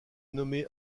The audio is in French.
nommé